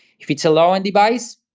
if it's a low-end device,